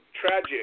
tragic